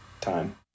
time